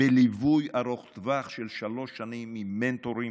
בליווי ארוך טווח של שלוש שנים עם מנטורים.